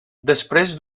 després